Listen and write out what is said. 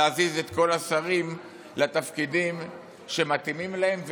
להזיז את כל השרים לתפקידים שמתאימים להם.